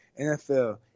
NFL